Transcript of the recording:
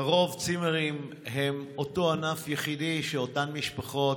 לרוב צימרים הם אותו ענף יחידי שאותן משפחות